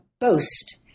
boast